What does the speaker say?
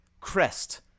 Crest